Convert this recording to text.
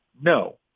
no